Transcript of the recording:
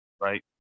right